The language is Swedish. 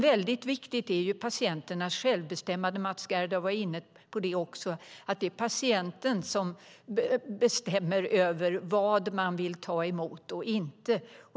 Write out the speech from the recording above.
Väldigt viktigt är också patienternas självbestämmande, vilket även Mats Gerdau var inne på. Det är patienten som bestämmer över vad han eller hon vill ta emot och inte.